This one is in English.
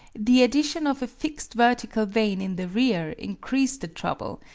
the addition of a fixed vertical vane in the rear increased the trouble,